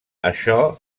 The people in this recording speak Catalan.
això